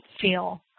feel